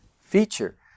feature